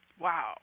Wow